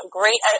great